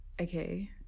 okay